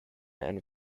and